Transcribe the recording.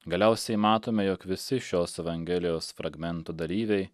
galiausiai matome jog visi šios evangelijos fragmento dalyviai